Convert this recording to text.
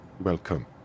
Welcome